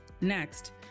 Next